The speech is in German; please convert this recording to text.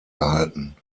gehalten